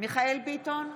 מיכאל מרדכי ביטון,